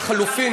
לחלופין,